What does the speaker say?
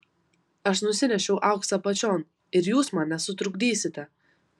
aš nusinešiau auksą apačion ir jūs man nesutrukdysite